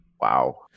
Wow